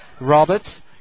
Roberts